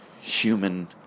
human